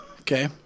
Okay